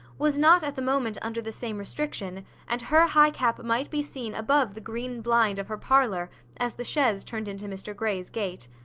was not at the moment under the same restriction and her high cap might be seen above the green blind of her parlour as the chaise turned into mr grey's gate.